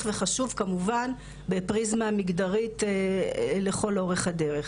וחשוב כמובן בפריזמה מגדרית לכל אורך הדרך.